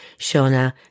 Shona